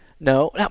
No